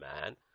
man